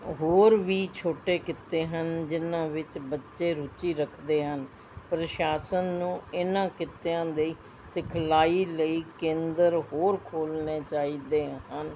ਹੋਰ ਵੀ ਛੋਟੇ ਕਿੱਤੇ ਹਨ ਜਿਹਨਾਂ ਵਿੱਚ ਬੱਚੇ ਰੁਚੀ ਰੱਖਦੇ ਹਨ ਪ੍ਰਸ਼ਾਸਨ ਨੂੰ ਇਹਨਾਂ ਕਿੱਤਿਆਂ ਦੀ ਸਿਖਲਾਈ ਲਈ ਕੇਂਦਰ ਹੋਰ ਖੋਲ੍ਹਣੇ ਚਾਹੀਦੇ ਹਨ